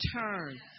turn